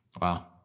Wow